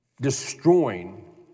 Destroying